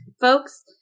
Folks